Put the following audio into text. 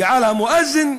ועל המואזין,